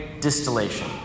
distillation